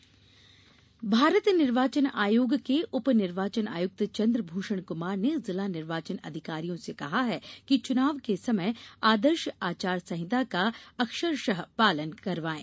निर्वाचन निर्देश भारत निर्वाचन आयोग के उप निर्वाचन आयुक्त चंद्रभूषण कुमार ने जिला निर्वाचन अधिकारियों से कहा है कि चुनाव के समय आदर्श आचार संहिता का अक्षरशः पालन करवाये